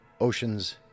Oceans